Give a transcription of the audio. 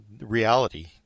reality